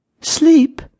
Sleep